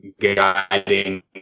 guiding